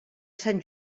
sant